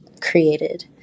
created